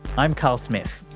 i'm carl smith.